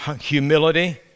humility